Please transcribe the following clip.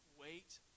wait